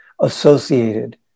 associated